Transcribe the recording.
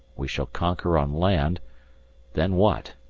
we shall conquer on land then what?